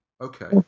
Okay